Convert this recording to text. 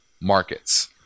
markets